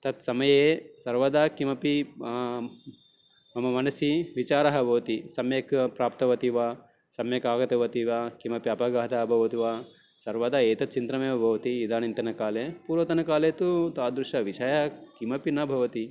तत्समये सर्वदा किमपि मम मनसि विचारः भवति सम्यक् प्राप्तवती वा सम्यक् आगतवती वा किमपि अपघातः अभवत् वा सर्वदा एतत् चिन्तनमेव भवति इदानीन्तनकाले पूर्वतनकाले तु तादृशविषयः किमपि न भवति